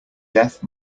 death